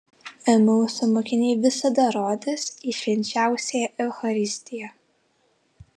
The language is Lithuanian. emauso mokiniai visada rodys į švenčiausiąją eucharistiją